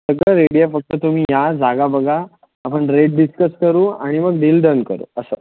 सगळं रेडी आहे फक्त तुम्ही या जागा बघा आपण रेट डिस्कस करू आणि मग डील डन करू असं